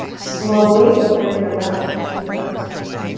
slowly bring the left hand to your heart center.